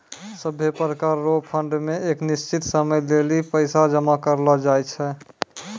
सभै प्रकार रो फंड मे एक निश्चित समय लेली पैसा जमा करलो जाय छै